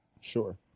Sure